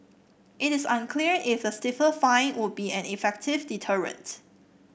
it is unclear if the stiffer fine would be an effective deterrent